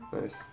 Nice